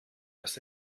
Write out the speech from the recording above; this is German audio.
das